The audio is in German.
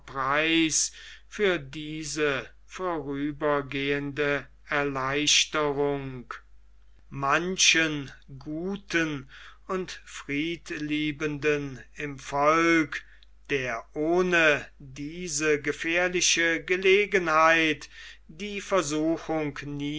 preis für diese vorübergehende erleichterung manchen guten und friedliebenden im volke der ohne diese gefährliche gelegenheit die versuchung